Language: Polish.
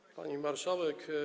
Pani Marszałek!